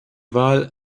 wahl